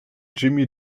jimmy